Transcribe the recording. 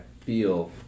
feel